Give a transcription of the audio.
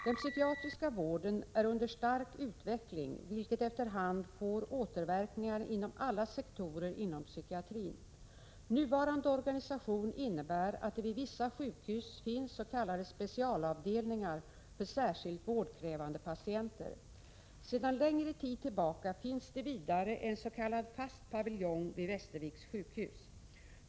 Den psykiatriska vården är under stark utveckling, vilket efter hand får återverkningar inom alla sektorer inom psykiatrin. Nuvarande organisation innebär att det vid vissa sjukhus finns s.k. specialavdelningar för särskilt vårdkrävande patienter. Sedan längre tid tillbaka finns det vidare en s.k. fast paviljong vid Västerviks sjukhus.